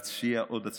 להציע עוד הצעות.